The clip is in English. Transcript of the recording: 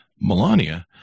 Melania